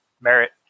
merit